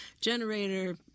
generator